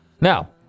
Now